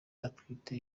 atwite